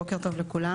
בוקר טוב לכולם.